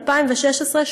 2016,